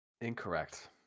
Incorrect